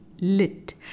Lit